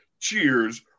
cheers